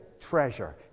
treasure